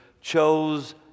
chose